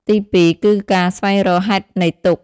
ទីពីរ គឺការស្វែងរកហេតុនៃទុក្ខ។